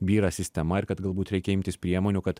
byra sistema ir kad galbūt reikia imtis priemonių kad